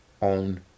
on